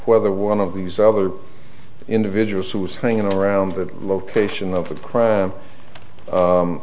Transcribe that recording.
whether one of these other individuals who was hanging around the location of that crime